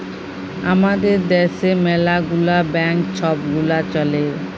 আমাদের দ্যাশে ম্যালা গুলা ব্যাংক ছব গুলা চ্যলে